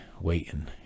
waiting